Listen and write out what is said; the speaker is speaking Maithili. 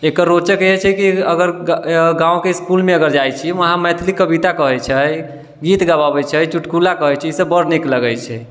एकर रोचक इएह छै अगर गाँवके इसकुलमे अगर जाइ छी जे वहाँ मैथिली कविता कहै छै गीत गबाबै छै चुटकुला कहै छै ईसब बड़ नीक लगै छै